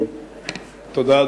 תודה.